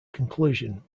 conclusion